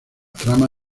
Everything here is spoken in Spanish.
trama